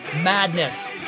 madness